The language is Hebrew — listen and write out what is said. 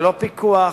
ללא פיקוח,